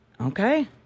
Okay